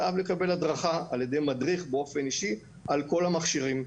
חייב לקבל הדרכה על ידי מדריך באופן אישי על כל המכשירים.